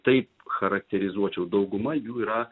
taip charakterizuočiau dauguma jų yra